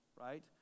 right